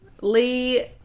lee